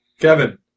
Kevin